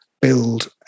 build